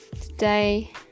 today